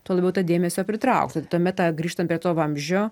tuo labiau dėmesio pritrauks ir tuomet grįžtant prie to vamzdžio